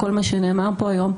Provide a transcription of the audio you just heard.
כל מה שנאמר פה היום.